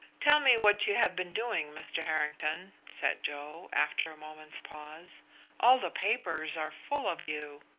tell me what you have been doing, mr. harrington, said joe, after a moment's pause all the papers are full of you.